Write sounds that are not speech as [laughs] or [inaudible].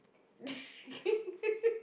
[laughs]